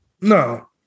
No